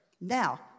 Now